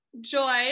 joy